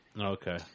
okay